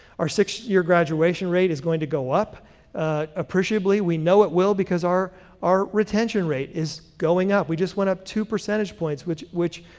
our six-year graduation rate is going to go up appreciably. we know it will because our our retention rate is going up. we just went up two percentage points, which, which,